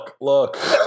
Look